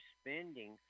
spending